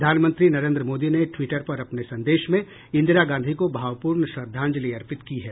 प्रधानमंत्री नरेन्द्र मोदी ने ट्वीटर पर अपने संदेश में इंदिरा गांधी को भावपूर्ण श्रद्धांजलि अर्पित की है